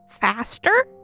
faster